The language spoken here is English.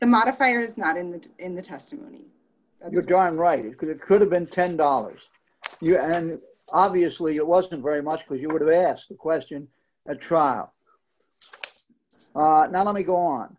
the modifier is not in that in the testimony you're darn right it could it could have been ten dollars you an obviously it wasn't very much for you would have asked the question at trial just now let me go on